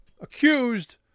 accused